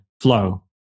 flow